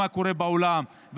אנחנו רואים מה קורה בעולם,